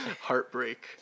heartbreak